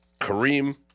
Kareem